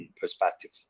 perspective